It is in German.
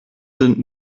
sind